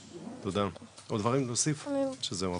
תודה, עוד דברים להוסיף, או שזהו?